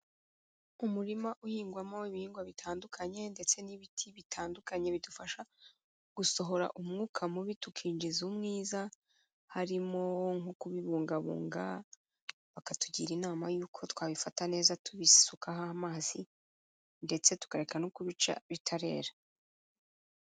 Umurima uhingwamo ibihingwa bitandukanye ndetse n'ibiti bitandukanye bidufasha gusohora umwuka mubi tukinjiza umwiza, harimo nko kubibungabunga bakatugira inama y'uko twabifata neza tubisukaho amazi ndetse tukareka no kubica bitarera.